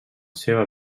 seva